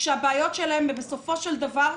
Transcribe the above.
כשהבעיות שלהם הן בסופו של דבר,